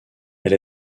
elle